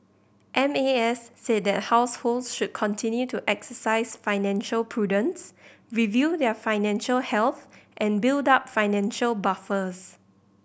M A S said that households should continue to exercise financial prudence review their financial health and build up financial buffers